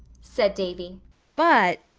said davy but,